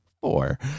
four